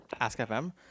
Ask.fm